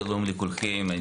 שלום לכולכם,